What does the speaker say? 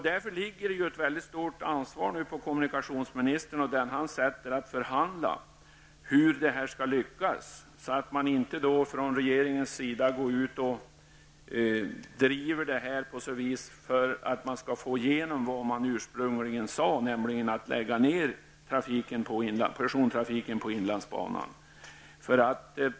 Det vilar nu ett mycket stort ansvar på kommunikationsministern, och den han sätter att förhandla, för hur det här skall lyckas, så att regeringen inte driver i syfte att få igenom vad man ursprungligen ville, nämligen att persontrafiken på inlandsbanan skulle läggas ned.